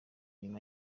nyuma